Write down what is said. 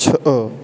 છ